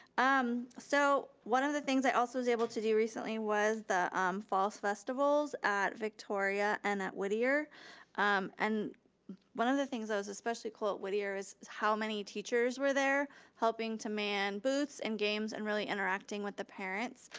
um so one of the things i also was able to do recently was the um falls festivals at victoria and at whittier um and one of the things i was especially cool at whittier is how many teachers were there helping to man booths and games and really interacting with the parents.